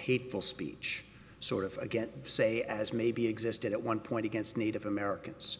hateful speech sort of a get say as may be existed at one point against native americans